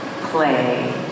play